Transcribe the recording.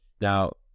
Now